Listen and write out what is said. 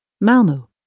Malmo